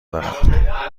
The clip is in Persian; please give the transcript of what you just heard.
دارم